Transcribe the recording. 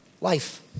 Life